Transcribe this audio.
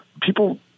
people